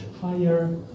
higher